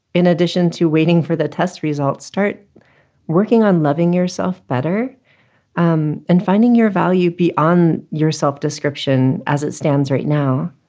in addition to waiting for the test results, start working on loving yourself better um and finding your value be on your self-description. as it stands right now.